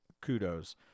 kudos